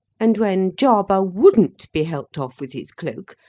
and, when jarber wouldn't be helped off with his cloak,